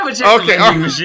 Okay